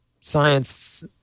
science